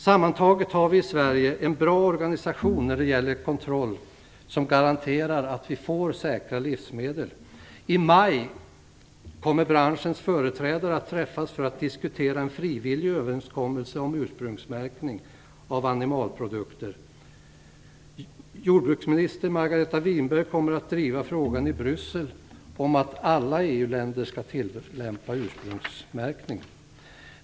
Sammantaget har vi i Sverige en bra organisation när det gäller kontroll. Den garanterar att vi får säkra livsmedel. I maj kommer branschens företrädare att träffas för att diskutera en frivillig överenskommelse om ursprungsmärkning av animalieprodukter. Jordbruksminister Margareta Winberg kommer i Bryssel att driva frågan om att alla EU-länder skall tillämpa ursprungsmärkning.